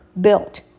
built